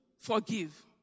forgive